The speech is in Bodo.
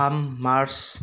थाम मार्स